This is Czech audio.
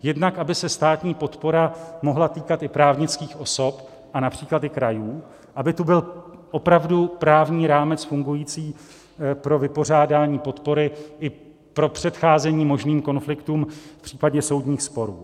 Jednak aby se státní podpora mohla týkat i právnických osob a například i krajů, aby tu byl opravdu právní rámec fungující pro vypořádání podpory i pro předcházení možným konfliktům v případě soudních sporů.